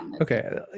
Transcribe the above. okay